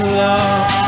love